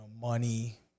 money